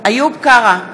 איוב קרא,